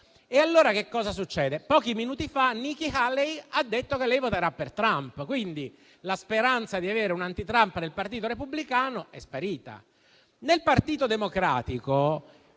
sono fortissime. Pochi minuti fa Nikki Haley ha detto che voterà per Trump, quindi la speranza di avere una anti-Trump nel Partito repubblicano è sparita. Nel Partito Democratico